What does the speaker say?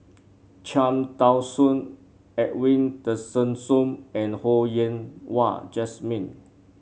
Cham Tao Soon Edwin Tessensohn and Ho Yen Wah Jesmine